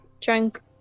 drunk